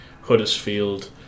Huddersfield